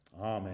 Amen